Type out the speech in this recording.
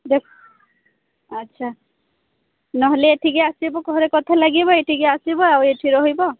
ଦେଖ ଆଚ୍ଛା ନ ହେଲେ ଏଠିକୁ ଆସିବୁ ଘରେ କଥା ଲାବିଦ ଏଠିକୁ ଆସିବୁ ଆଉ ଏଠି ରହିବ